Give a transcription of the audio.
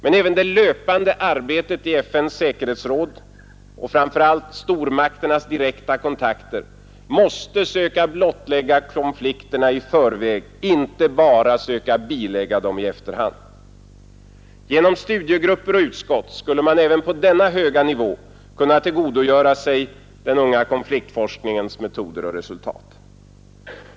Men även det löpande arbetet i FN:s säkerhetsråd och framför allt stormakternas direkta kontakter måste söka blottlägga konflikterna i förväg, inte bara söka bilägga dem i efterhand. Genom studiegrupper och utskott skulle man även på denna höga nivå kunna tillgodogöra sig den unga konfliktforskningens metoder och resultat.